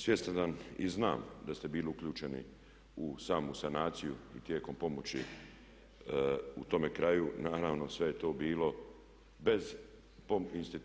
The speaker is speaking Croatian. Svjestan sam i znam da ste bili uključeni u samu sanaciju i tijekom pomoći u tome kraju, naravno sve je to bilo bez pomoći,